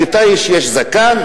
לתיש יש זקן,